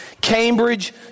Cambridge